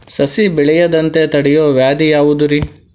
ಸಸಿ ಬೆಳೆಯದಂತ ತಡಿಯೋ ವ್ಯಾಧಿ ಯಾವುದು ರಿ?